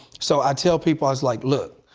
so i tell people, like look,